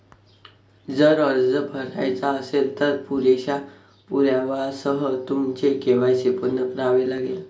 जर अर्ज भरायचा असेल, तर पुरेशा पुराव्यासह तुमचे के.वाय.सी पूर्ण करावे लागेल